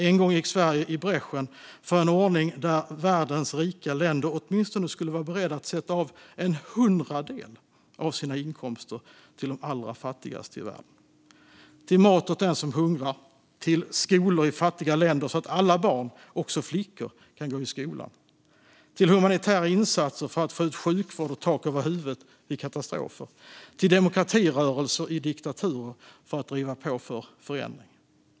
En gång gick Sverige i bräschen för en ordning där världens rika länder åtminstone skulle vara beredda att sätta av en hundradel av sina inkomster till de allra fattigaste i världen, till mat åt den som hungrar, till skolor i fattiga länder så att alla barn, också flickor, kan gå i skolan, till humanitära insatser för att få ut sjukvård och tak över huvudet vid katastrofer och till demokratirörelser i diktaturer för att driva på för förändring.